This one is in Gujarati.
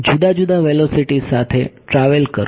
જુદા જુદા વેલોસિટી સાથે ટ્રાવેલ કરો